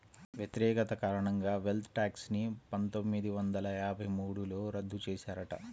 వ్యతిరేకత కారణంగా wealth tax ని పందొమ్మిది వందల యాభై మూడులో రద్దు చేశారట